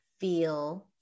feel